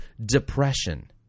depression